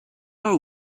are